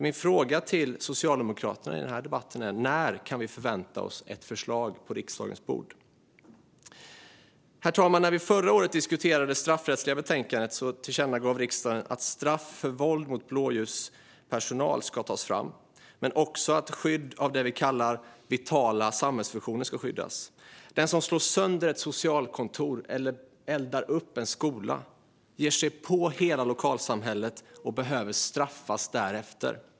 Min fråga till socialdemokraterna i den här debatten är: När kan vi förvänta oss ett förslag på riksdagens bord? Herr talman! När vi förra året diskuterade det straffrättsliga betänkandet tillkännagav riksdagen att straff för våld mot blåljuspersonal ska tas fram men också att det vi kallar vitala samhällsfunktioner ska skyddas. Den som slår sönder ett socialkontor eller eldar upp en skola ger sig på hela lokalsamhället och behöver straffas därefter.